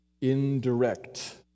indirect